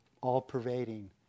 all-pervading